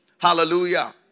Hallelujah